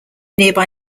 nearby